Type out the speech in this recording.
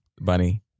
Bunny